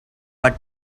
but